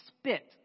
spit